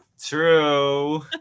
True